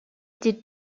did